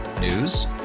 News